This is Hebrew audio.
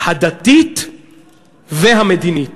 הדתית והמדינית",